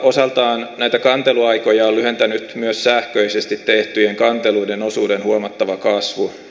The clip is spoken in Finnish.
osaltaan näitä kanteluaikoja on lyhentänyt myös sähköisesti tehtyjen kanteluiden osuuden huomattava kasvu